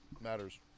matters